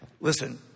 Listen